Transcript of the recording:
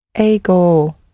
Ego